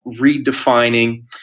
redefining